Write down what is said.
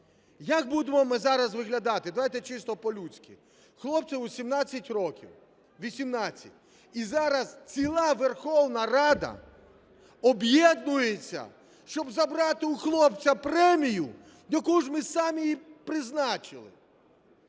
Як будемо ми зараз виглядати, давайте чисто по-людськи. Хлопцеві 17 років, 18, і зараз ціла Верховна Рада об'єднується, щоб забрати у хлопця премію, яку ж ми самі її призначили.